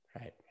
Right